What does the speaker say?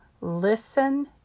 listen